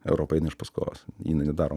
europa eina iš paskos jinai nedaro